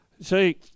See